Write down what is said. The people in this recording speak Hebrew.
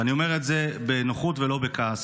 ואני אומר את זה בנוחות ולא בכעס.